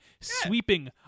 sweeping